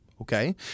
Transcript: Okay